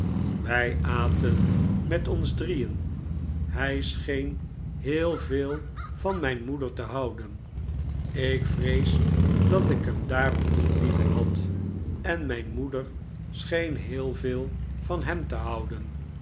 wij aten met ons drieen hij scheen heel veel van mijn moeder te houden ik vrees dat ik hem daarom niet liever had en mijn moeder scheen heel veel van hem te houden